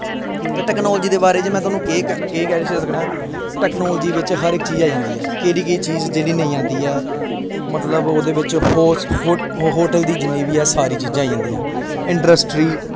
ते टेक्नोलॉजी दे बारे च में थाह्नूं केह् कही सकना ऐं टेक्नोलॉजी बिच हर इक चीज आई जंदी ऐ केह्ड़ी चीज जेह्ड़ी नेईं आंदी ऐ मतलब ओह्दे बिच होटल दी जि'न्नी बी ऐ सारी चीज़ां आई जंदियां इंडस्ट्री